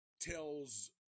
tells